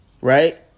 right